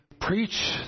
preach